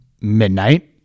midnight